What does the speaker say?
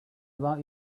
about